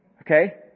Okay